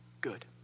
good